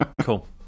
Cool